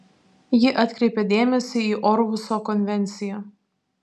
ji atkreipia dėmesį į orhuso konvenciją